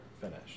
finish